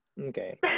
Okay